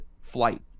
flight